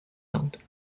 elders